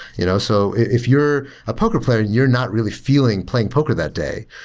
you know so if you're a poker player and you're not really feeling playing poker that day,